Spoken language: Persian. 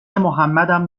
محمدم